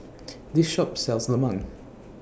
This Shop sells Lemang